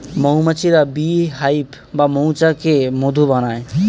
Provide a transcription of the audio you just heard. মৌমাছিরা bee hive বা মৌচাকে মধু বানায়